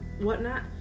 whatnot